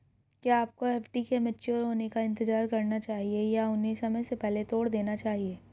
क्या आपको एफ.डी के मैच्योर होने का इंतज़ार करना चाहिए या उन्हें समय से पहले तोड़ देना चाहिए?